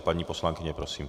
Paní poslankyně, prosím.